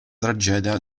tragedia